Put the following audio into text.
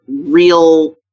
real